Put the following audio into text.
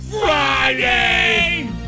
Friday